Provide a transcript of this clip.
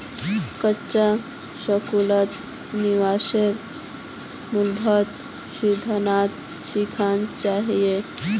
बच्चा स्कूलत निवेशेर मूलभूत सिद्धांत सिखाना चाहिए